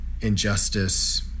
injustice